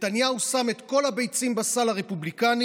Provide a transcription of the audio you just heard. נתניהו שם את כל הביצים בסל הרפובליקני